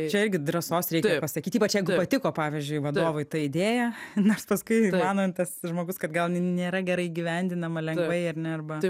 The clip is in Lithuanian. čia irgi drąsos reikia pasakyti ypač jeigu patiko pavyzdžiui vadovui ta idėja nors paskui mano tas žmogus kad gal nėra gerai įgyvendinama lengvai ar ne arba